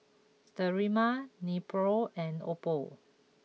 Sterimar Nepro and Oppo